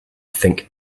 think